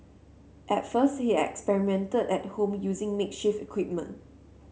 at first he experimented at home using makeshift equipment